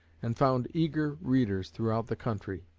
and found eager readers throughout the country.